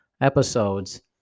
episodes